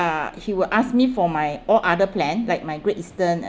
uh he will ask me for my all other plan like my great eastern